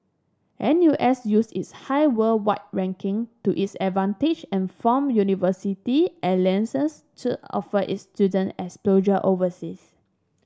N U S used its high worldwide ranking to its advantage and formed university alliances to offer its student exposure overseas